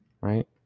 Right